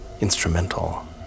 instrumental